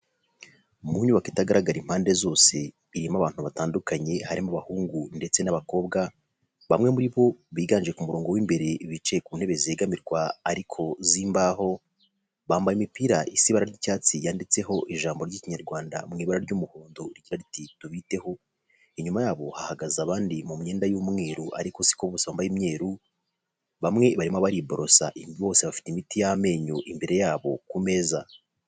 Mu nyubako itagaragara impande zose irimo abantu batandukanye, harimo abahungu ndetse n'abakobwa bamwe muri bo biganje ku murongo w'imbere bicaye ku ntebe zigamirwa ariko zimbaho, bambaye imipira isi nibara ry'icyatsi yanditseho ijambo ry'ikinyarwanda mu ibara ry'umuhondo rigira riti tubiteho, inyuma yabo hahagaze abandi mu myenda y'umweru ariko siko bose bambaye umweru bamwe barimo bariborosa bose bafite imiti y'amenyo imbere yabo ku meza.